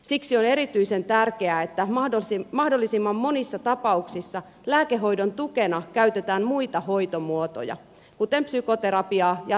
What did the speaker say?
siksi on erityisen tärkeää että mahdollisimman monissa tapauksissa lääkehoidon tukena käytetään muita hoitomuotoja kuten psykoterapiaa ja ryhmäterapiaa